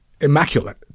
immaculate